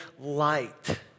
light